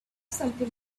something